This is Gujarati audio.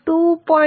2